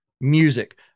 music